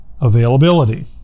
availability